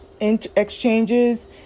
exchanges